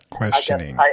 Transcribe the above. questioning